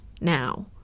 now